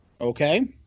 Okay